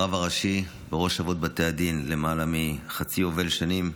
הרב הראשי וראש אבות בתי הדין למעלה מחצי יובל שנים,